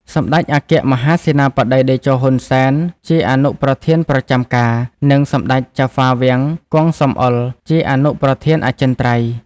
សម្តេចអគ្គមហាសេនាបតីតេជោ ហ៊ុន សែន ជាអនុប្រធានប្រចាំការ និងសម្ដេចចៅហ្វាវាំង គង់ សំអុល ជាអនុប្រធានអចិន្ត្រៃយ៍។